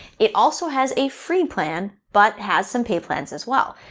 it also has a free plan, but has some pay plans as well.